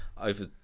over